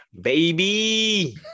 Baby